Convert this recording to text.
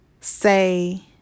say